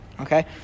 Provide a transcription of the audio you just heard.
Okay